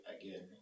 again